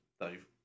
Dave